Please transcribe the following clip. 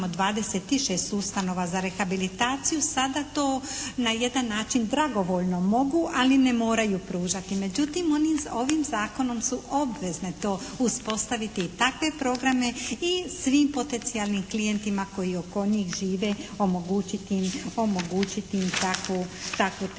26 ustanova za rehabilitaciju sada to na jedan način dragovoljno mogu ali ne moraju pružati. Međutim, one ovim zakonom su obvezne to uspostaviti i takve programe i svim potencijalnim klijentima koji oko njih žive omogućiti im takvu terapiju.